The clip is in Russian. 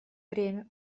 время